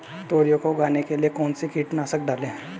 तोरियां को उगाने के लिये कौन सी कीटनाशक डालें?